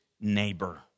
neighbor